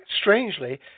strangely